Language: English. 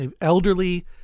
elderly